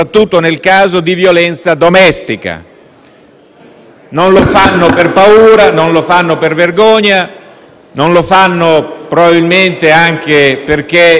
Non lo fanno per paura, per vergogna e probabilmente anche perché non godono di quella autonomia economica